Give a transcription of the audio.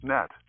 Net